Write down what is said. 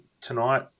tonight